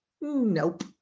Nope